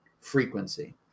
frequency